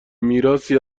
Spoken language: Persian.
میراثی